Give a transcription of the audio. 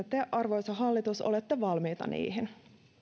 te arvoisa hallitus olette valmiita niihin